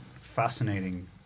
fascinating